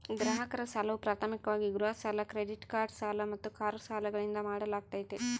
ಗ್ರಾಹಕರ ಸಾಲವು ಪ್ರಾಥಮಿಕವಾಗಿ ಗೃಹ ಸಾಲ ಕ್ರೆಡಿಟ್ ಕಾರ್ಡ್ ಸಾಲ ಮತ್ತು ಕಾರು ಸಾಲಗಳಿಂದ ಮಾಡಲಾಗ್ತೈತಿ